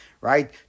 right